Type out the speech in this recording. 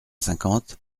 cinquante